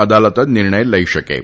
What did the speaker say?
અદાલત જ નિર્ણય લઇ શકે છે